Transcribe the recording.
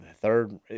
third